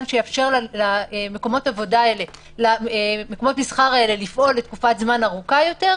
שיאפשר למקומות המסחר האלה לפעול לתקופת זמן ארוכה יותר.